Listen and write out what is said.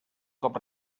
cop